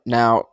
now